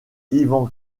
ivan